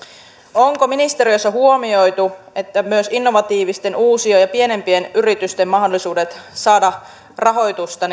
onko ministeriössä huomioitu että myös innovatiivisten uusio ja pienempien yritysten mahdollisuudet saada rahoitusta